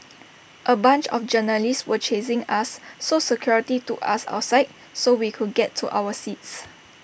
A bunch of journalists were chasing us so security took us outside so we could get to our seats